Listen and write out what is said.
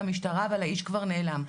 אבל האיש כבר נעלם".